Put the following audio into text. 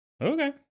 Okay